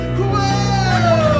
Whoa